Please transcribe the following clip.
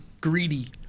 greedy